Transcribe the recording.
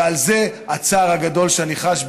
ועל זה הצער הגדול שאני חש,